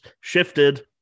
shifted